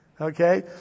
Okay